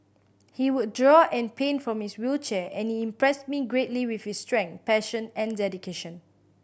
he would draw and paint from his wheelchair and he impressed me greatly with his strength passion and dedication